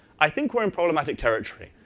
i think we're in problematic territory.